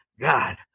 God